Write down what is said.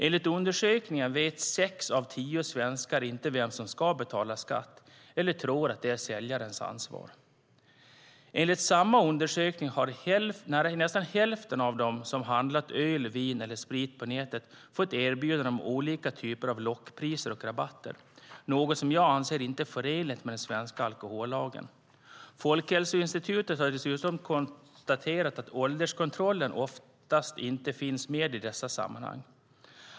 Enligt undersökningen vet sex av tio svenskar inte vem som ska betala skatt eller tror att det är säljarens ansvar. Enligt samma undersökning har nästan hälften av dem som handlat öl, vin eller sprit på nätet fått erbjudanden om olika typer av lockpriser och rabatter, vilket är något som jag anser inte är förenligt med den svenska alkohollagen. Folkhälsoinstitutet har dessutom konstaterat att ålderskontroll ofta inte finns i dessa sammanhang.